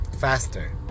faster